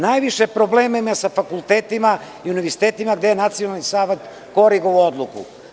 Najviše problema ima sa fakultetima i univerzitetima gde je Nacionalni savet korigovao odluku.